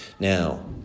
Now